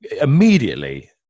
immediately